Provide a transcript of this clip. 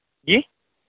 जी